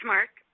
Mark